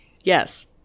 Yes